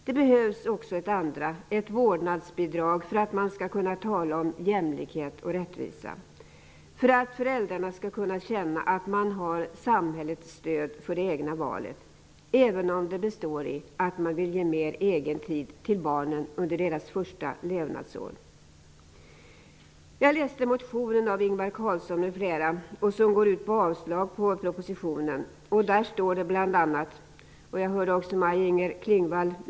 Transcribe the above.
Det behövs också ett andra ben, ett vårdnadsbidrag, för att man skall kunna tala om jämlikhet och rättvisa och för att föräldrarna skall kunna känna att de har samhällets stöd för det egna valet, även om det består i att man vill ge mer egen tid till barnen under deras första levnadsår. Jag läste motionen av Ingvar Carlsson m.fl. som går ut på avslag på propositionen. Jag hörde också Maj Inger Klingvall läsa ur den tidigare.